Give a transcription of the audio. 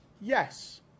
yes